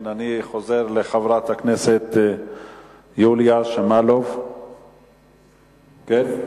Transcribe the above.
אני חוזר לחברת הכנסת יוליה שמאלוב, כן?